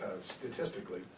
Statistically